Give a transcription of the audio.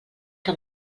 que